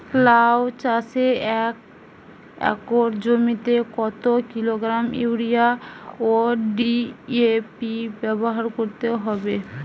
লাউ চাষে এক একর জমিতে কত কিলোগ্রাম ইউরিয়া ও ডি.এ.পি ব্যবহার করতে হবে?